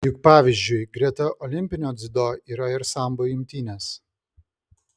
juk pavyzdžiui greta olimpinio dziudo yra ir sambo imtynės